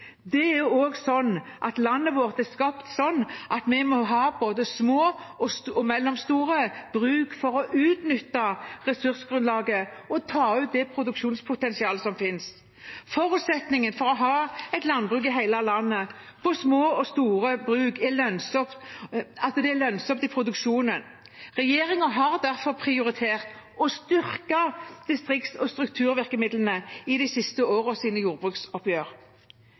Landet vårt er også skapt slik at vi må ha både små og mellomstore bruk for å utnytte ressursgrunnlaget og ta ut det produksjonspotensialet som finnes. Forutsetningen for å ha et landbruk i hele landet på små og store bruk er at det er lønnsomt i produksjonen. Regjeringen har derfor prioritert å styrke distrikts- og strukturvirkemidlene i de siste